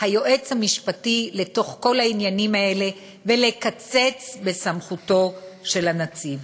היועץ המשפטי לתוך כל העניינים האלה ולקצץ בסמכותו של הנציב?